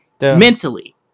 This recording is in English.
mentally